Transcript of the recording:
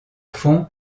fond